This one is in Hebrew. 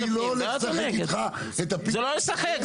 אני לא הולך לשחק איתך את ה --- זה לא לשחק,